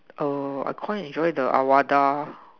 oh I quite enjoy the Awada